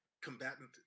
combatant